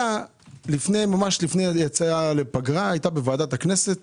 ממש לפני היציאה לפגרה היה בוועדת הכנסת